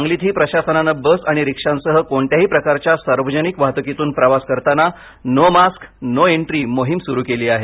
सांगलीतही प्रशासनाने बस आणि रिक्षांसह कोणत्याही प्रकारच्या सार्वजनिक वाहतुकीत प्रवास करताना नो मास्क नो एन्ट्री मोहीम सुरु केली आहे